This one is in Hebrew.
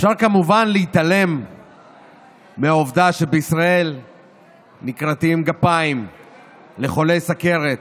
אפשר כמובן להתעלם מהעובדה שבישראל נכרתות גפיים לחולי סוכרת,